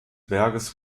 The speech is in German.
berges